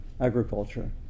agriculture